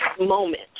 moment